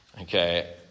Okay